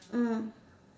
mm